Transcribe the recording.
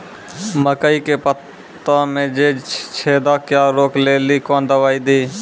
मकई के पता मे जे छेदा क्या रोक ले ली कौन दवाई दी?